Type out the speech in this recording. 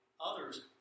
others